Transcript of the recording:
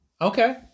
Okay